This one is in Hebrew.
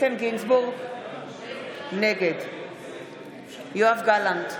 נגד יואב גלנט,